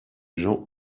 gens